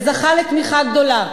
וזכה לתמיכה גדולה.